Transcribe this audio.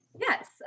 Yes